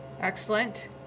excellent